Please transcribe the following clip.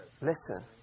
Listen